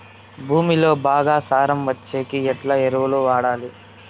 భూమిలో బాగా సారం వచ్చేకి ఎట్లా ఎరువులు వాడాలి?